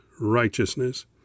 righteousness